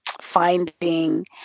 finding